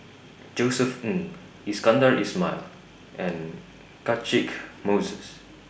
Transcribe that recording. Josef Ng Iskandar Ismail and Catchick Moses